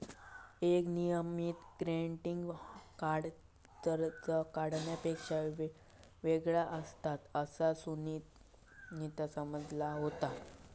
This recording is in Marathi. एक नियमित क्रेडिट कार्ड चार्ज कार्डपेक्षा वेगळा असता, असा सुनीता समजावत होता